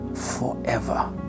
forever